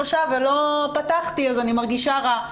שלושה ולא פתחתי - אני מרגישה רע.